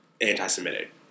anti-Semitic